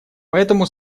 поэтому